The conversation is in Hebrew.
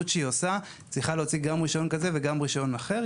שהיא עושה תצטרך להוציא גם רישיון כזה וגם רישיון אחר,